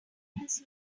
his